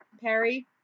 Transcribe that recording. Perry